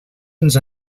ens